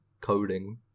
coding